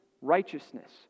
righteousness